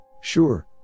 Sure